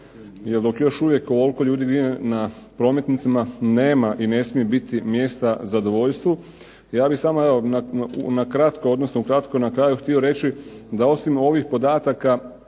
jer dok još uvijek ovoliko ljudi gine na prometnicama, nema i ne smije biti mjesta zadovoljstvu. Ja bih samo evo nakratko, odnosno ukratko na kraju htio reći da osim ovih podataka,